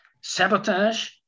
sabotage